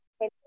okay